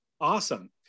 Awesome